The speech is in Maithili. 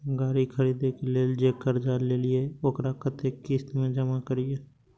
गाड़ी खरदे के लेल जे कर्जा लेलिए वकरा कतेक किस्त में जमा करिए?